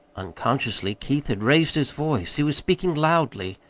unconsciously keith had raised his voice. he was speaking loudly,